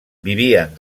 vivien